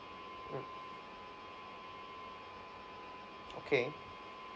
mm okay